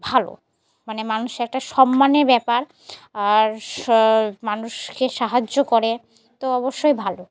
ভালো মানে মানুষ একটা সম্মানের ব্যাপার আর স মানুষকে সাহায্য করে তো অবশ্যই ভালো